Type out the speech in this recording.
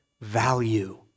value